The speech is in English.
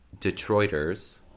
Detroiters